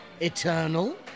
Eternal